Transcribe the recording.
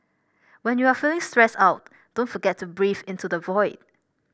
when you are feeling stressed out don't forget to breathe into the void